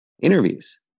interviews